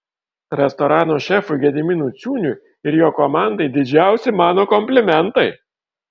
restorano šefui gediminui ciūniui ir jo komandai didžiausi mano komplimentai